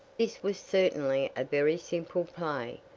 this was certainly a very simple play,